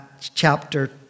chapter